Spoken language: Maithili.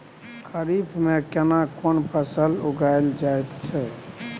खरीफ में केना कोन फसल उगायल जायत छै?